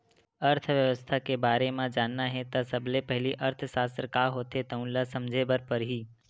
अर्थबेवस्था के बारे म जानना हे त सबले पहिली अर्थसास्त्र का होथे तउन ल समझे बर परही